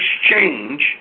exchange